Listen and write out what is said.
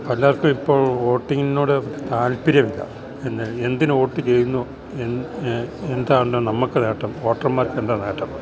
പലർക്കുവിപ്പോൾ ഓട്ടിങ്ങിനോട് താല്പര്യവില്ല എന്ന് എന്തിനോട്ട് ചെയ്യ്ന്നു എന്താണ് നമുക്ക് നേട്ടം ഓട്ടർമാർക്കെന്താ നേട്ടം